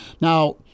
Now